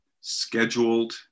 scheduled